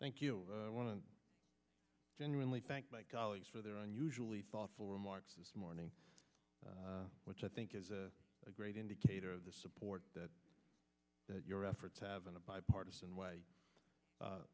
thank you i want to genuinely thank my colleagues for their unusually thoughtful remarks this morning which i think is a great indicator of the support that your efforts have in a bipartisan way